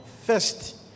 First